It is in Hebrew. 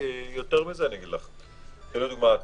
לדוגמה,